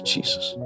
Jesus